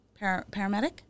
paramedic